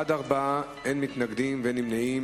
4, אין מתנגדים ואין נמנעים.